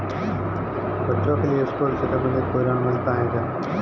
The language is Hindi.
बच्चों के लिए स्कूल से संबंधित कोई ऋण मिलता है क्या?